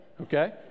Okay